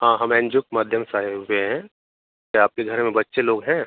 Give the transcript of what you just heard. हाँ हम N G O के माध्यम से आए हुए हैं क्या आपके घर में बच्चे लोग हैं